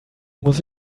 muss